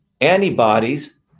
antibodies